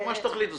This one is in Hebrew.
מה שתחליטו.